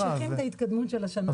אז ממשיכים את ההתקדמות של השנה האחרונה.